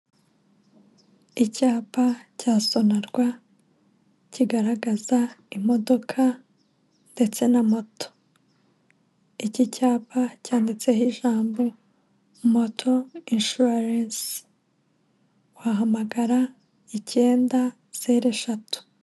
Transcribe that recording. Icyapa cya Sonarwa kigaragaza imodoka ndetse na moto, iki cyapa cyanditseho ijambo moto insuwarensi wahamagara icyenda zeru eshatu.